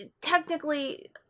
technically